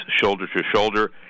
shoulder-to-shoulder